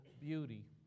beauty